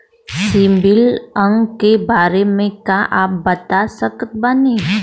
CIBIL अंक के बारे मे का आप बता सकत बानी?